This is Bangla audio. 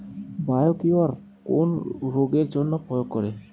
বায়োকিওর কোন রোগেরজন্য প্রয়োগ করে?